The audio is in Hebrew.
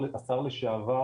השר לשעבר,